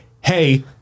hey